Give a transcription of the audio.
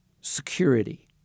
Security